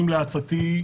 לעצתי,